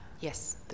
yes